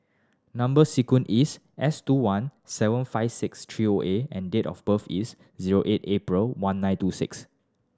number sequence is S two one seven five six three O A and date of birth is zero eight April one nine two six